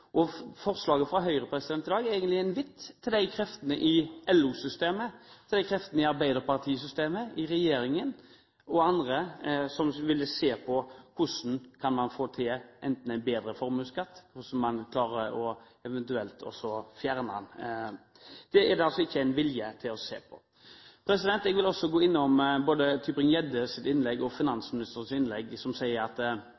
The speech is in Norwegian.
aktive kapitalen. Forslaget fra Høyre i dag er egentlig en invitt til de kreftene i LO-systemet, til de kreftene i arbeiderpartisystemet, i regjeringen og andre som vil se på hvordan man kan få til enten en bedre formuesskatt, eller hvordan man eventuelt klarer å fjerne den. Det er det altså ikke noen vilje til å se på. Jeg vil også innom både Tybring-Gjeddes og finansministerens innlegg. Finansministeren sier at